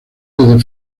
desde